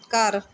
ਘਰ